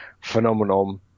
phenomenon